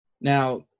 Now